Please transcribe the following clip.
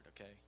okay